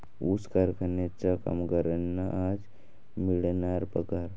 ऊस कारखान्याच्या कामगारांना आज मिळणार पगार